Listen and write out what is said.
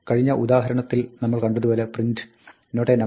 കഴിഞ്ഞ ഉദാഹരണത്തിൽ നമ്മൾ കണ്ടതുപോലെ print"Not a number